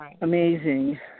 amazing